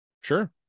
Sure